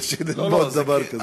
קשה ללמוד דבר כזה.